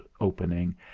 opening